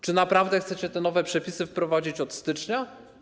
Czy naprawdę chcecie te nowe przepisy wprowadzić od stycznia?